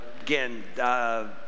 again